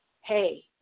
hey